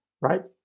Right